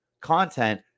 content